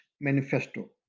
Manifesto